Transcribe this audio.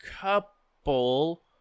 couple